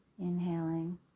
Inhaling